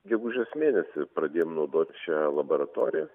gegužės mėnesį pradėjom naudoti šią laboratoriją